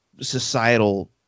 societal